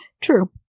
True